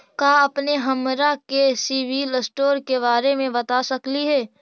का अपने हमरा के सिबिल स्कोर के बारे मे बता सकली हे?